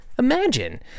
Imagine